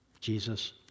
Jesus